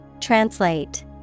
Translate